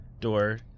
door